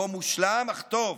לא מושלם, אך טוב,